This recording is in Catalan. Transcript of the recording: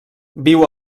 viu